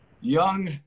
young